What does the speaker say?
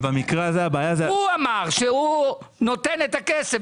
הוא אמר שהוא נותן את הכסף.